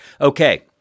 Okay